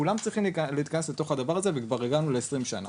כולם צריכים להתכנס לתוך הדבר הזה וכבר הגענו ל-20 שנה